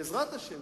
בעזרת השם,